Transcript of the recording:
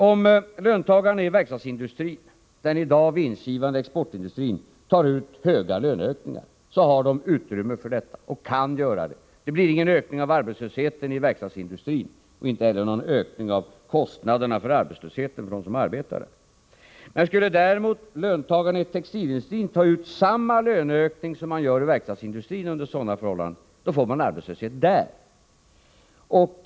Om löntagarna i verkstadsindustrin — den i dag vinstgivande exportindustrin — tar ut höga löneökningar, så har de utrymme för detta och kan göra det. Det blir ingen ökning av arbetslösheten i verkstadsindustrin och inte heller någon ökning av kostnaderna för arbetslösheten över huvud taget när det gäller dem som arbetar inom verkstadsindustrin. Men skulle löntagarna i textilindustrin ta ut samma löneökningar som man tar ut i verkstadsindustrin under sådana förhållanden, då får man arbetslöshet inom textilindustrin.